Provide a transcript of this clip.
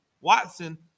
Watson